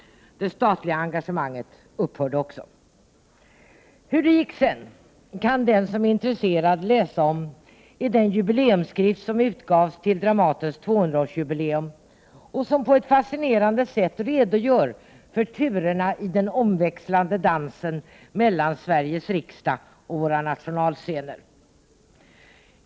Det statliga engagemanget upphörde också. Hur det gick sedan kan den som är intresserad läsa om i den jubileumsskrift som utgavs till Dramatens 200-årsjubileum och som på ett fascinerande sätt redogör för turerna i den omväxlande dansen mellan Sveriges riksdag och våra nationalscener.